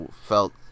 felt